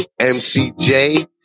MCJ